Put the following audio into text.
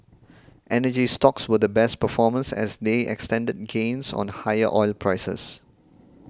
energy stocks were the best performers as they extended gains on higher oil prices